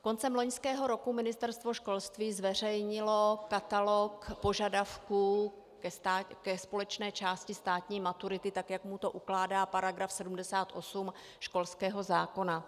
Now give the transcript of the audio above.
Koncem loňského roku Ministerstvo školství zveřejnilo katalog požadavků ke společné části státní maturity, tak jak mu to ukládá § 78 školského zákona.